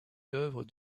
l’œuvre